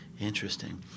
Interesting